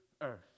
earth